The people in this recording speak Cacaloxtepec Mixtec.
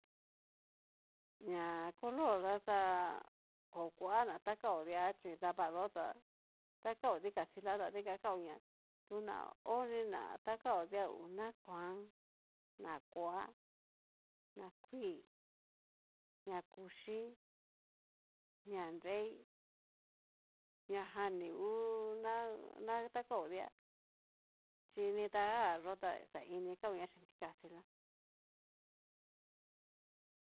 Ña color yó ta ko kua na tá kao di'a chí davayó ta takao dikastila ta dikan kaoña, tu na oni na kao dia ngu na kuan na kua, na kuii, ña kuchí, ña nreí, ñajan ni ngu ná natakaó di'a, chi nidaga yó ta xa ini kaoña chin dikastilá.